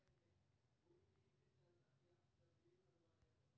प्रधानमंत्री ग्रामीण आवास योजना एकटा केंद्र प्रायोजित आवास निर्माण योजना छियै